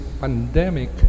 pandemic